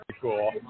cool